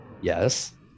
Yes